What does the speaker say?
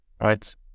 right